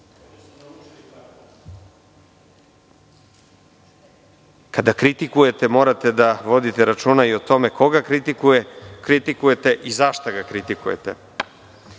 Kada kritikujete, morate da vodite računa i o tome koga kritikujete i za šta ga kritikujete. Izrečeno